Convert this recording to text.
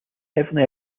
heavily